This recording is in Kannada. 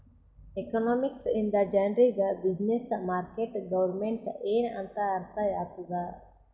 ಎಕನಾಮಿಕ್ಸ್ ಇಂದ ಜನರಿಗ್ ಬ್ಯುಸಿನ್ನೆಸ್, ಮಾರ್ಕೆಟ್, ಗೌರ್ಮೆಂಟ್ ಎನ್ ಅಂತ್ ಅರ್ಥ ಆತ್ತುದ್